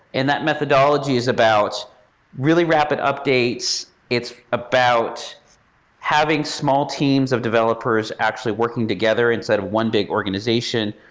and that methodology is about really rapid updates. it's about having small teams of developers actually working together inside a one big organization.